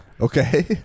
Okay